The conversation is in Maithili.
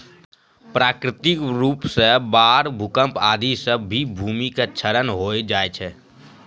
प्राकृतिक रूप सॅ बाढ़, भूकंप आदि सॅ भी भूमि के क्षरण होय जाय छै